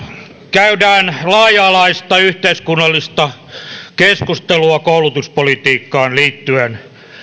käydään laaja alaista yhteiskunnallista keskustelua koulutuspolitiikkaan liittyen